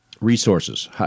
resources